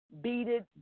beaded